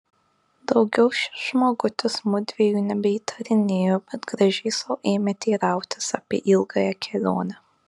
daugiau šis žmogutis mudviejų nebeįtarinėjo bet gražiai sau ėmė teirautis apie ilgąją kelionę